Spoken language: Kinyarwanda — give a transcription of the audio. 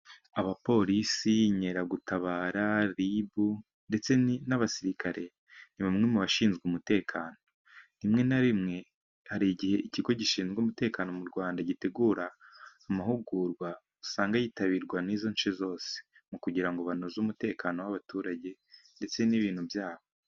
Abapolisi, inkeragutabara ,Ribu ndetse n'abasirikare, ni bamwe mu bashinzwe umutekano. Rimwe na rimwe, hari igihe ikigo gishinzwe umutekano mu Rwanda, gitegura amahugurwa, usanga yitabirwa n'izo nce zose, mu kugira ngo banoze umutekano w'abaturage ndetse n'ibintu byabo.